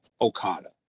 okada